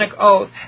oath